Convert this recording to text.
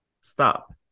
stop